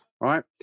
right